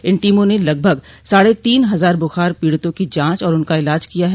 इन टीमों ने लगभग साढ़े तीन हजार बुखार पीड़ितों की जांच और उनका इलाज किया है